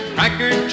Cracker